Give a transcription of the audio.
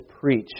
preach